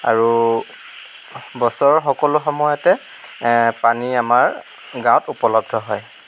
আৰু বছৰৰ সকলো সময়তে পানী আমাৰ গাওঁত উপলদ্ধ হয়